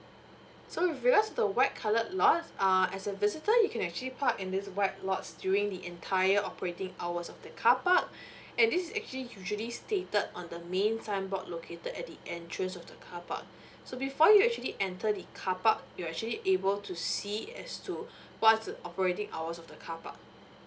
so with regards to the white colored lots uh as a visitor you can actually park in this white lots during the entire operating hours of the carpark and this is actually usually stated on the main signboard located at the entrance of the carpark so before you actually enter the carpark you're actually able to see as to what's the operating hours of the carpark